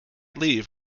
leave